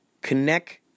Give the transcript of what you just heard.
Connect